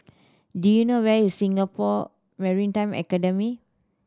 do you know where is Singapore Maritime Academy